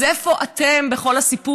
אז איפה אתם בכל הסיפור?